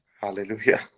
hallelujah